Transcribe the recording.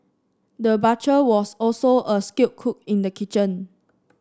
the butcher was also a skilled cook in the kitchen